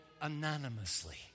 anonymously